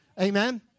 Amen